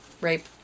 rape